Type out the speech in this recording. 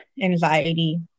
anxiety